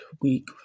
week